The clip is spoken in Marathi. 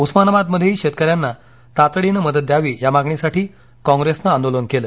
उस्मानाबादमध्येही शेतकऱ्यांनाही तातडीन मदत द्यावी या मागणीसाठी काँप्रेसन आंदोलन केल